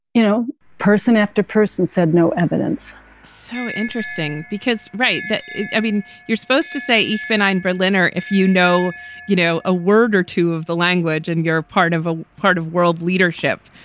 you know, person after person said no evidence so interesting because. right. that i mean, you're supposed to say even ein berliner, if you know you know a word or two of the language and you're part of a part of world leadership,